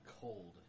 cold